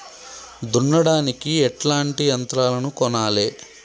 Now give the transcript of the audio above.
దున్నడానికి ఎట్లాంటి యంత్రాలను కొనాలే?